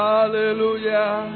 Hallelujah